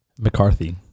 McCarthy